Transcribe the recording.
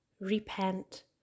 repent